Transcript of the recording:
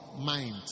mind